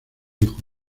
hijo